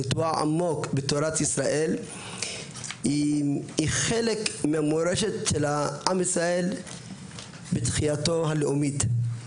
נטועה עמוק בתורת ישראל היא חלק מהמורשת של עם ישראל בתחייתו הלאומית.